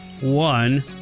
one